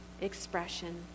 expression